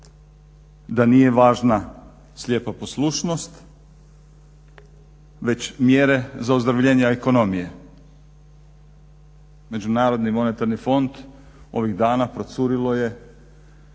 da nije važna slijepa poslušnost već mjere za ozdravljenje ekonomije. MMF ovih dana procurilo je